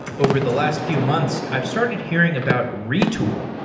over the last few months, i've started hearing about retool.